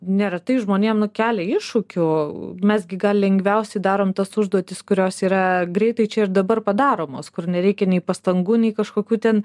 neretai žmonėm nu kelia iššūkių mes gi gal lengviausiai darom tas užduotis kurios yra greitai čia ir dabar padaromos kur nereikia nei pastangų nei kažkokių ten